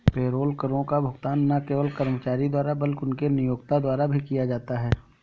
payroll करों का भुगतान न केवल कर्मचारी द्वारा बल्कि उनके नियोक्ता द्वारा भी किया जाता है